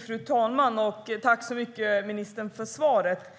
Fru talman! Tack så mycket för svaret, ministern!